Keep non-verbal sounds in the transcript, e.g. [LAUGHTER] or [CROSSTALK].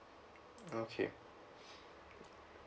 okay [BREATH]